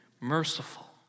Merciful